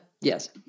Yes